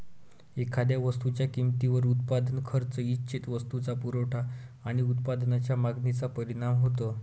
एखाद्या वस्तूच्या किमतीवर उत्पादन खर्च, इच्छित वस्तूचा पुरवठा आणि उत्पादनाच्या मागणीचा परिणाम होतो